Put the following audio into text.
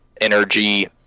energy